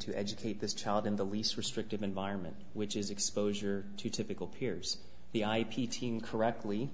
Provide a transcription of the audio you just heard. to educate this child in the least restrictive environment which is exposure to typical peers the ip team correctly